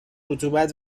رطوبت